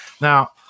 Now